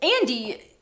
andy